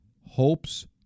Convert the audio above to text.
Hopes